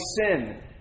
sin